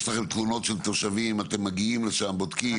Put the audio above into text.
יש לכם תלונות של תושבים, אתם מגיעים לשם, בודקים?